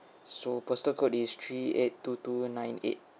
so postal code this three eight two two nine eight